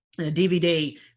DVD